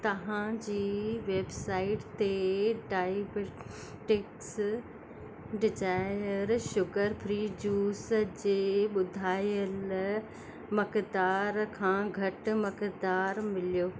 तव्हां जी वेबसाइट ते diabetics desire sugar free juice जे ॿुधायल मक़दार खां घटि मक़दारु मिलियो